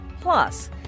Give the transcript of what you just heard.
Plus